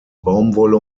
baumwolle